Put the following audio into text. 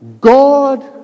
God